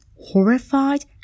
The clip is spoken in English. horrified